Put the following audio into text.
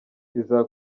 iza